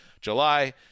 July